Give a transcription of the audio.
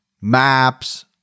maps